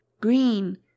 green